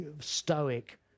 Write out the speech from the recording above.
Stoic